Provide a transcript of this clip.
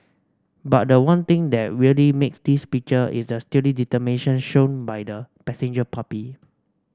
but the one thing that really makes this picture is the steely determination shown by the passenger puppy